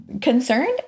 concerned